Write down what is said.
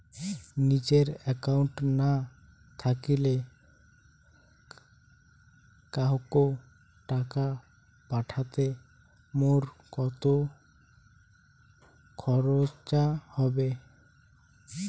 নিজের একাউন্ট না থাকিলে কাহকো টাকা পাঠাইতে মোর কতো খরচা হবে?